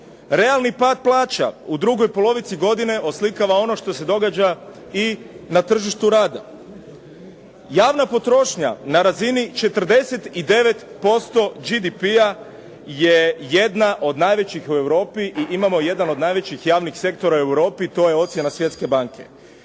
Realni pad plaća u drugoj polovici godine oslikava ono što se događa i na tržištu rada. Javna potrošnja na razini 49% GDP-a je jedna od najvećih u Europi i imamo jedan od najvećih javnih sektora u Europi i to je ocjena Svjetske banke.